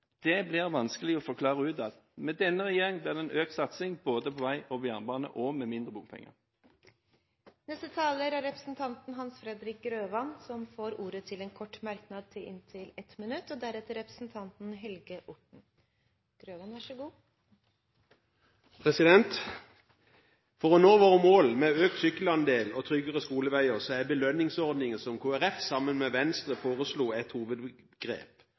Det blir det vanskelig å forklare utad. Med denne regjering blir det en økt satsing både på vei og på jernbane – og med mindre bompenger. Representanten Hans Fredrik Grøvan har hatt ordet to ganger tidligere og får ordet til en kort merknad, begrenset til 1 minutt. For å nå våre mål med økt sykkelandel og tryggere skoleveier er belønningsordningen som Kristelig Folkeparti, sammen med Venstre, foreslo, et hovedgrep.